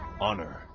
Honor